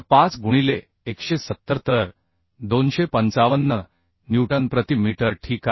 5 गुणिले 170 तर 255 न्यूटन प्रति मीटर ठीक आहे